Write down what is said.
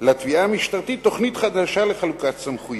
לתביעה המשטרתית תוכנית חדשה לחלוקת סמכויות.